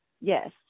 Yes